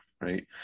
right